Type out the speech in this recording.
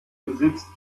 besitzt